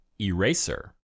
Eraser